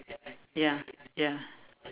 ya ya